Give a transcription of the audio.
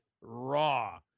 raw